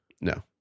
No